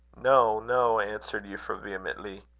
no, no, answered euphra, vehemently.